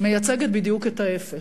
מייצגת בדיוק את ההיפך.